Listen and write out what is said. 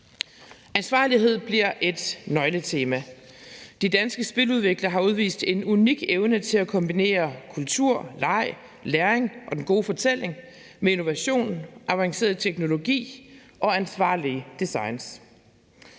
Ansvarlighed bliver et nøgletema. De danske spiludviklere har udvist en unik evne til at kombinere kultur, leg, læring og den gode fortælling med innovation, avanceret teknologi og ansvarlige designs.